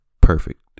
perfect